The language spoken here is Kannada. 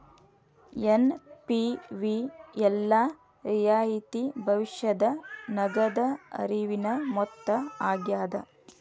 ಎನ್.ಪಿ.ವಿ ಎಲ್ಲಾ ರಿಯಾಯಿತಿ ಭವಿಷ್ಯದ ನಗದ ಹರಿವಿನ ಮೊತ್ತ ಆಗ್ಯಾದ